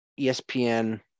ESPN